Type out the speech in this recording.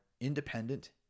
independent